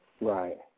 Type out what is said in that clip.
Right